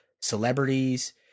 celebrities